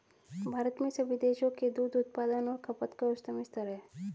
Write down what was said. भारत में सभी देशों के दूध उत्पादन और खपत का उच्चतम स्तर है